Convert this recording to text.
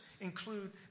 include